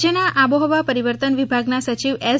રાજ્યના આબોહવા પરિવર્તન વિભાગના સચિવ એસ